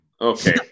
Okay